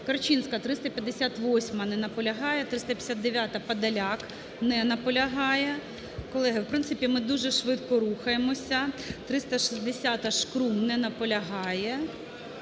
Корчинська, 358-а. Не наполягає. 359-а, Подоляк. Не наполягає. Колеги, в принципі, ми дуже швидко рухаємося. 360-а, Шкрум. Не наполягає.